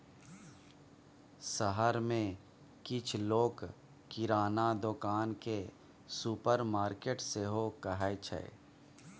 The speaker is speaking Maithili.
शहर मे किछ लोक किराना दोकान केँ सुपरमार्केट सेहो कहै छै